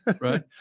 right